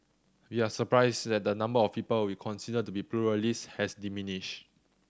we are surprised that the number of people we consider to be pluralist has diminished